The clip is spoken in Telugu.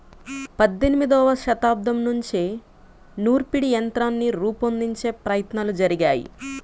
పద్దెనిమదవ శతాబ్దం నుంచే నూర్పిడి యంత్రాన్ని రూపొందించే ప్రయత్నాలు జరిగాయి